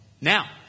Now